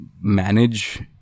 manage